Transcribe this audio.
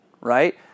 Right